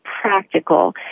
practical